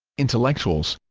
intellectuals